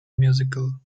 musical